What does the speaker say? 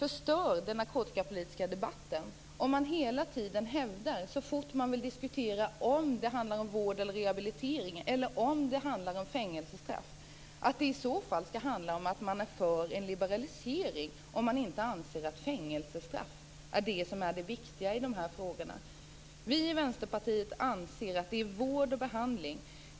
Det gör man om man hela tiden, så fort man vill diskutera om det handlar om vård eller rehabilitering eller om fängelsestraff, hävdar att man är för en liberalisering om man inte anser att fängelsestraff är det viktiga i de här frågorna. Vi i Vänsterpartiet anser att vård och behandling skall gälla.